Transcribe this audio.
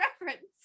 reference